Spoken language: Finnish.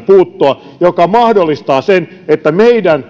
puuttua tasevapaussääntöön joka mahdollistaa sen että meidän